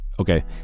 Okay